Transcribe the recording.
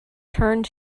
turned